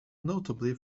notably